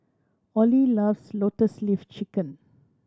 Ollie loves Lotus Leaf Chicken